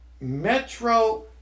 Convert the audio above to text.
Metro